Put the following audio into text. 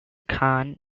khan